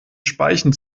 speichen